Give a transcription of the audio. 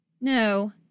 No